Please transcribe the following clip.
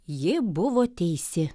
ji buvo teisi